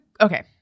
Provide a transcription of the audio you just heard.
okay